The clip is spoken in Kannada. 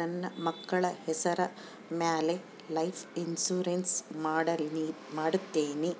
ನನ್ನ ಮಕ್ಕಳ ಹೆಸರ ಮ್ಯಾಲೆ ಲೈಫ್ ಇನ್ಸೂರೆನ್ಸ್ ಮಾಡತೇನಿ